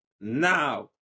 now